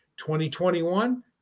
2021